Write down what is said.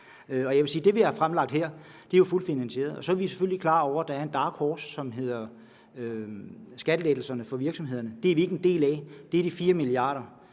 det, vi har fremlagt her, er fuldt finansieret, og så er vi selvfølgelig klar over, at der er en dark horse, som hedder skattelettelser for virksomhederne. Det er vi ikke en del af, det er de 4 mia.